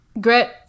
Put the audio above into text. Grit